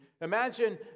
Imagine